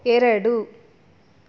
ಎರಡು